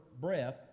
breath